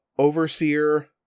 Overseer